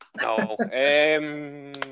No